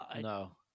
No